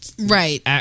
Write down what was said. Right